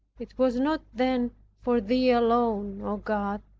it was not then for thee alone, o god,